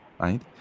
right